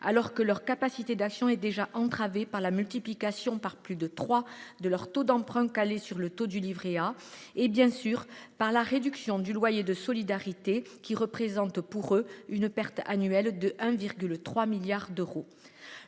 alors que leur capacité d'action est déjà entravée par la multiplication par plus de trois des taux d'emprunt, indexés sur la rémunération du livret A, ainsi que par la diminution du loyer de solidarité, qui représente pour eux une perte annuelle de 1,3 milliard d'euros.